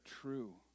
true